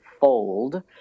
fold